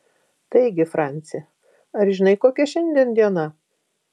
taigi franci ar žinai kokia šiandien diena